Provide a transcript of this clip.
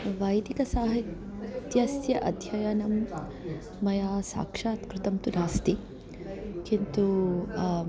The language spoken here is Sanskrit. वैदिकसाहित्यस्य अध्ययनं मया साक्षात् कृतं तु नास्ति किन्तु